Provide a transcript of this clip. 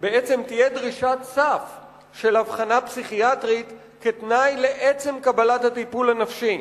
תהיה דרישת סף של אבחנה פסיכיאטרית כתנאי לעצם קבלת הטיפול הנפשי.